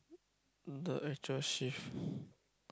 the actual shift